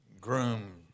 groom